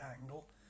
angle